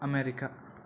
America